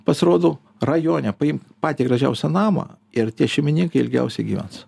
pasirodo rajone paimk patį gražiausią namą ir tie šeimininkai ilgiausiai gyvens